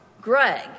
Greg